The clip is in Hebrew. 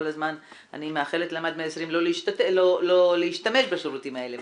כל הזמן אני מאחלת להם עד 120 לא להשתמש בשירותים האלה,